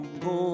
go